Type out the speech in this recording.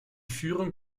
führung